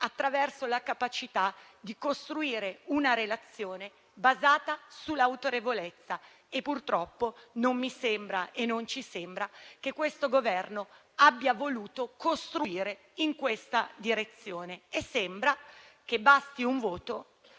attraverso la capacità di costruire una relazione basata sull'autorevolezza. Purtroppo non ci sembra che questo Governo abbia voluto costruire in questa direzione; sembra che basti un voto